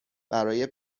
برای